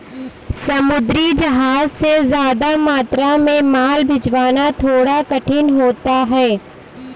समुद्री जहाज से ज्यादा मात्रा में माल भिजवाना थोड़ा कठिन होता है